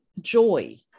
joy